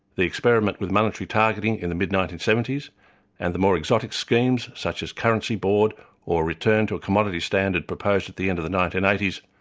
the experiment with monetary targeting in the mid nineteen seventy s and the more exotic schemes such as currency board or a return to a commodity standard proposed at the end of the nineteen eighty s,